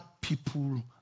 people